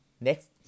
next